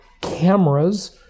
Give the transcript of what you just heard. cameras